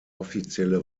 offizielle